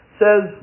says